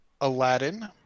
Aladdin